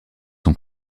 son